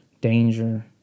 danger